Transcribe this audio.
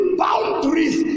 boundaries